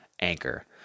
Anchor